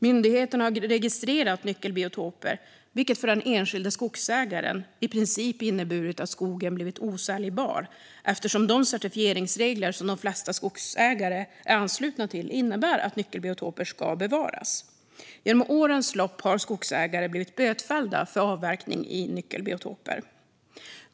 Myndigheten har registrerat nyckelbiotoper, vilket för den enskilde skogsägaren i princip inneburit att skogen blivit osäljbar, eftersom de certifieringsregler som de flesta skogsägare är anslutna till innebär att nyckelbiotoper ska bevaras. Genom årens lopp har skogsägare blivit bötfällda för avverkning i nyckelbiotoper.